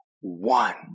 one